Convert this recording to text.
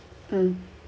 mm mm